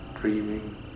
dreaming